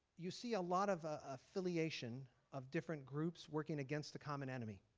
you see a lot of ah affiliation of different groups working against the common enemy